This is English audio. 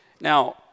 Now